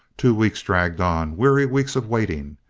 two weeks dragged on, weary weeks of waiting,